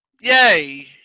yay